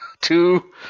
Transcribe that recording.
Two